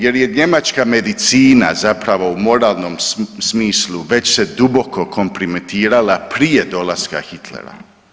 Jer je njemačka medicina zapravo u moralnom smislu već se duboko kompromitirala prije dolaska Hitlera.